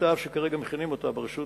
תוכנית-האב שכרגע מכינים ברשות